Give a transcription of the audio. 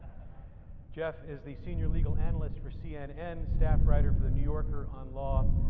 jeff is the senior legal analyst for cnn, staff writer for the new yorker on law,